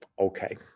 Okay